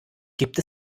gibt